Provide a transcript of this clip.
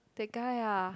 that guy ah